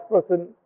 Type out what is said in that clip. person